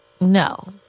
No